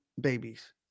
babies